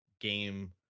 game